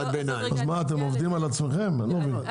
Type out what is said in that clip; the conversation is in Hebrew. אז מה אתם עובדים על עצמכם, אני לא מבין.